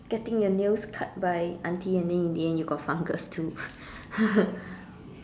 getting your nails cut by auntie and then in the end you got fungus too